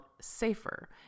SAFER